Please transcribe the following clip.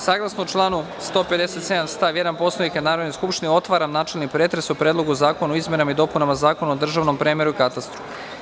Saglasno članu 157. stav 1. Poslovnika Narodne skupštine otvaram načelni pretres o Predlogu zakona o izmenama i dopunama Zakona o državnom premeru i katastru.